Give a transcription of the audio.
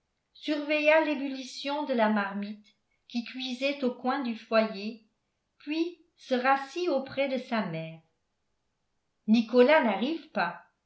surveilla l'ébullition de la marmite qui cuisait au coin du foyer puis se rassit auprès de sa mère nicolas n'arrive pas